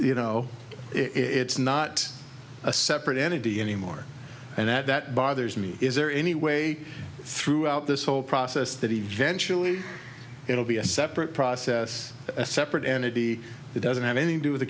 you know it's not a separate entity anymore and that bothers me is there any way throughout this whole process that eventually it will be a separate process a separate entity that doesn't have any to do with the